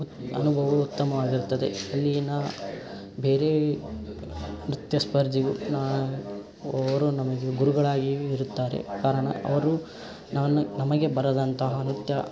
ಅನುಭವವು ಉತ್ತಮವಾಗಿರುತ್ತದೆ ಅಲ್ಲಿಯ ಬೇರೆ ನೃತ್ಯ ಸ್ಪರ್ಧಿಗೂ ನಾ ಅವರು ನಮಗೆ ಗುರುಗಳಾಗಿಯೂ ಇರುತ್ತಾರೆ ಕಾರಣ ಅವರು ನನ್ನ ನಮಗೆ ಬರದಂತಹ ನೃತ್ಯ